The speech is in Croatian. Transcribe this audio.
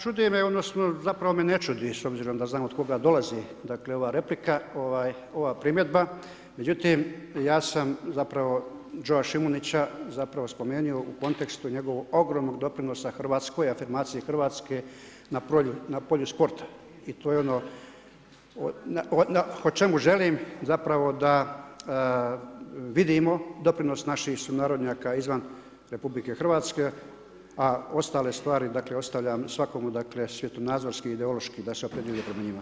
Čudi me, zapravo me ne čudi, s obzirom da znam od koga dolazi ova replika, ova primjedba, međutim, ja sam zapravo Jo Šimovića, zapravo spomenuo u kontekstu njegovom ogromnom doprinosa Hrvatskoj, afirmacije Hrvatske, na polju sporta i to je ono o čemu želim zapravo da vidimo doprinos naših sunarodnjaka izvan RH, a ostale stvari dakle ostavljam svakome dakle, svjetonazorski i ideološki da se opredijeli prema njima.